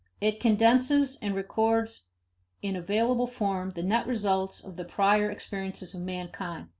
it condenses and records in available form the net results of the prior experiences of mankind,